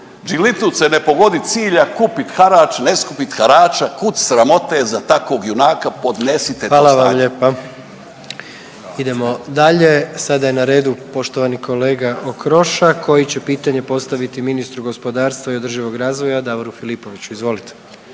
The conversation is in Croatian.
„čilitluk se ne po vodi cilja, kupit harač, ne skupit harača, kud sramote za takvog junaka podnesite to stanje.“ **Jandroković, Gordan (HDZ)** Hvala vam lijepa. Idemo dalje. Sada je na redu poštovani kolega Okroša koji će pitanje postaviti ministru gospodarstva i održivog razvoja Davoru Filipoviću, izvolite.